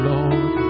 Lord